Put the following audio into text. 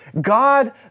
God